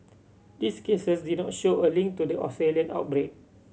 these cases did not show a link to the Australian outbreak